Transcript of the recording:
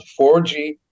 4g